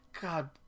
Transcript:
God